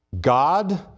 God